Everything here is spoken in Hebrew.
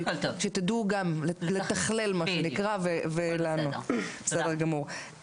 על מנת שתדעו לתכלל, מה שנקרא ולענות, בסדר גמור.